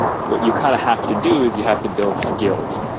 what you kind of have to do is you have to build skills.